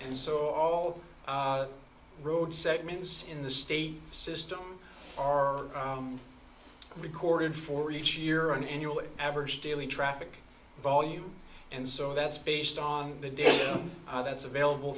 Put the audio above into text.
so all road segments in the state system are recorded for each year an annual average daily traffic volume and so that's based on the date that's available